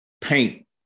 paint